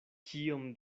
kiom